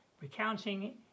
recounting